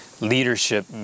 leadership